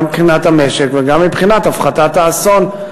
גם מבחינת המשק וגם מבחינת הפחתת האסון,